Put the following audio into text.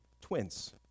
twins